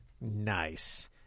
Nice